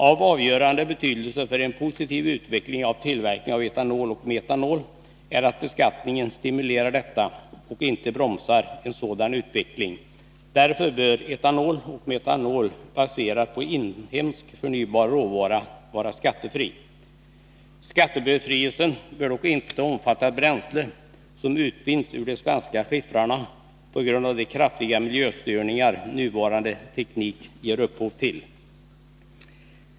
Av avgörande betydelse för en positiv utveckling av tillverkning av etanol och metanol är att beskattningen stimulerar dessa och inte bromsar en sådan utveckling. Därför bör etanol och metanol baserade på inhemsk förnyelsebar råvara vara skattefria. Skattebefrielsen bör dock inte omfatta bränsle som utvinns ur de svenska skiffrarna, på grund av de kraftiga miljöstörningar som nuvarande teknik ger upphov till.